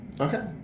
Okay